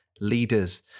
leaders